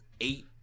eight